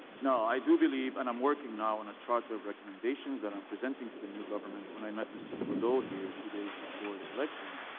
no, i do believe and i'm working now on a charter of recommendations that i'm presenting to the new government. when i met mr. trudeau here, two days before the elections,